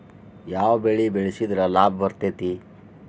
ಯಾವ ಬೆಳಿ ಬೆಳ್ಸಿದ್ರ ಲಾಭ ಬರತೇತಿ?